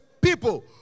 people